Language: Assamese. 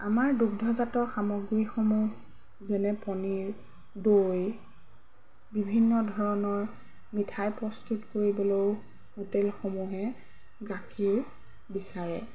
আমাৰ দুগ্ধজাত সামগ্ৰীসমূহ যেনে পনীৰ দৈ বিভিন্ন ধৰণৰ মিঠাই প্ৰস্তুত কৰিবলৈও হোটেলসমূহে গাখীৰ বিচাৰে